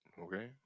okay